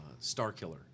Starkiller